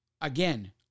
Again